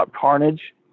carnage